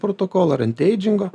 protokolo ar antieidžingo